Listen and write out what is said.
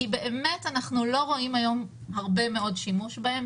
כי באמת אנחנו לא רואים היום הרבה מאוד שימוש בהן.